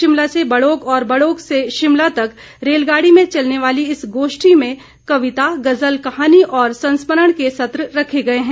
शिमला से बड़ोग और बड़ोग से शिमला तक रेलगाड़ी में चलने वाली इस गोष्ठी में कविता गज़ल कहानी और संस्मरण के सत्र रखे गए हैं